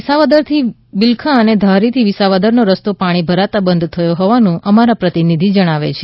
વિસાવદરથી બિલખા અને ધારી થી વિસાવદરનો રસ્તો પાણી ભરાતા બંધ થયો હોવાનું અમારા પ્રતિનિધિ જણાવે છે